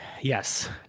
Yes